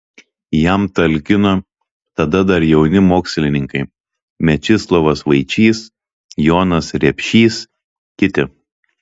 jam talkino tada dar jauni mokslininkai mečislovas vaičys jonas repšys kiti